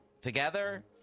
together